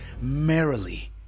merrily